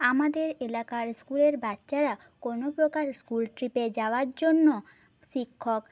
আমাদের এলাকার স্কুলের বাচ্চারা কোনো প্রকার স্কুল ট্রিপে যাওয়ার জন্য শিক্ষক